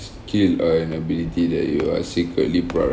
skill or an ability that you are secretly proud